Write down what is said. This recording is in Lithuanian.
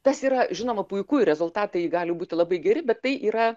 tas yra žinoma puiku ir rezultatai gali būti labai geri bet tai yra